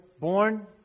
born